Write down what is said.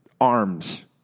arms